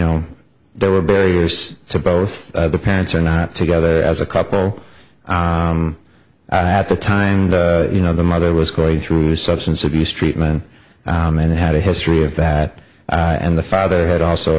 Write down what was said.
know there were barriers to both the parents are not together as a couple at the time you know the mother was going through substance abuse treatment and had a history of that and the father had also